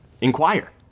inquire